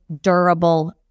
durable